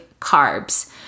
carbs